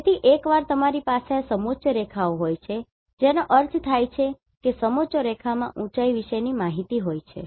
તેથી એકવાર તમારી પાસે આ સમોચ્ચ રેખાઓ હોય છે જેનો અર્થ થાય છે કે સમોચ્ચ રેખામાં ઊંચાઈ વિશેની માહિતી હોય છે